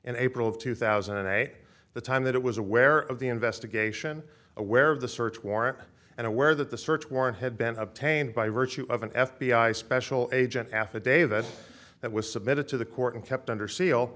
and april of two thousand and eight the time that it was aware of the investigation aware of the search warrant and aware that the search warrant had been obtained by virtue of an f b i special agent affidavit that was submitted to the court and kept under seal